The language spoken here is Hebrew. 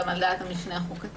גם על דעת המשנה החוקתי,